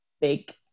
big